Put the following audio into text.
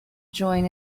join